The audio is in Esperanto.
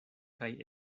kaj